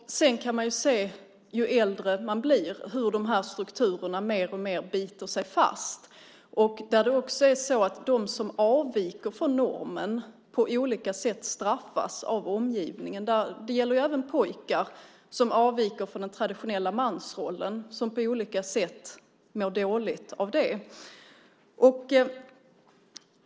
Sedan kan man se, ju äldre man blir, hur de här strukturerna mer och mer biter sig fast. Då är det också så att de som avviker från normen på olika sätt straffas av omgivningen. Det gäller även pojkar som avviker från den traditionella mansrollen som på olika sätt mår dåligt av det.